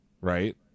right